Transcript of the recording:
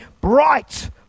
bright